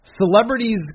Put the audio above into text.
Celebrities